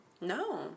No